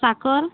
साखर